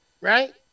Right